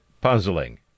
puzzling